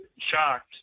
shocked